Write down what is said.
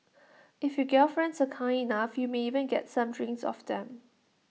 if your gal friends are kind enough you may even get some drinks off them